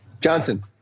Johnson